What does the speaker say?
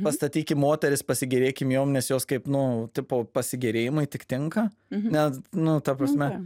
pastatykim moteris pasigėrėkim jom nes jos kaip nu tipo pasigėrėjimui tik tinka nes nu ta prasme